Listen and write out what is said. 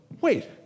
wait